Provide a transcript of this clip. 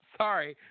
sorry